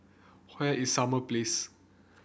where is Summer Place